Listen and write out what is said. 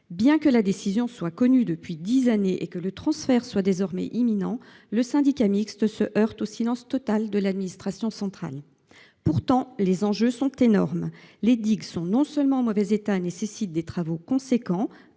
Bien que la décision soit connue depuis dix années et que le transfert soit désormais imminent, le syndicat mixte se heurte au silence total de l’administration centrale. Pourtant, les enjeux sont énormes. Non seulement les digues sont en mauvais état et nécessitent des travaux importants